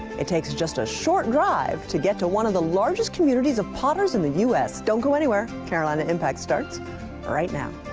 it takes just a short drive to get to one of the largest communities of potters in the us. don't go anywhere. carolina impact starts right now.